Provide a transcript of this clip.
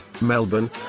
Melbourne